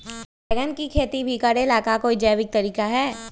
बैंगन के खेती भी करे ला का कोई जैविक तरीका है?